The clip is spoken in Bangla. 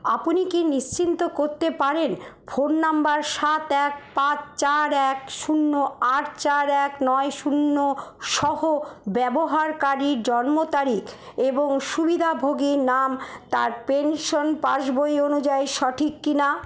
আপনি কি নিশ্চিন্ত করতে পারেন ফোন নম্বর সাত এক পাঁচ চার এক শূন্য আট চার এক নয় শূন্য সহ ব্যবহারকারীর জন্মতারিখ এবং সুবিধাভোগীর নাম তার পেনশন পাসবই অনুযায়ী সঠিক কিনা